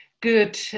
good